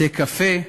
בתי-קפה,